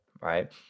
right